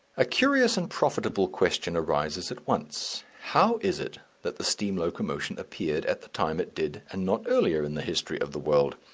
a curious and profitable question arises at once. how is it that the steam locomotive appeared at the time it did, and not earlier in the history of the world?